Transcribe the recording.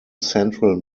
central